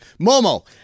Momo